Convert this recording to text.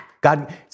God